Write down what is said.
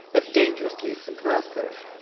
as dangerously subversive.